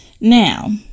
Now